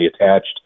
attached